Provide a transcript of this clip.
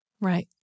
Right